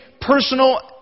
personal